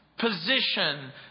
Position